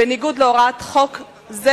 בניגוד להוראת חוק זה,